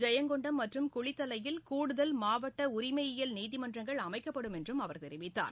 ஜெயங்கொண்டம் மற்றும் குளித்தலையில் கூடுதல் மாவட்டஉரிமையியல் நீதிமன்றங்கள் அமைக்கப்படும் என்றும் அவர் தெரிவித்தார்